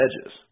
edges